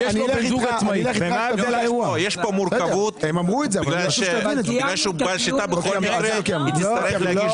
למקבץ הסתייגויות של חד"ש-תע"ל.